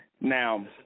Now